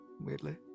Weirdly